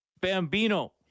Bambino